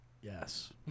Yes